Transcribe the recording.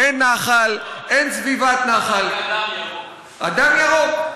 אין נחל, אין סביבת נחל, אדם ירוק.